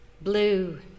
Blue